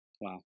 Wow